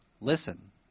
listen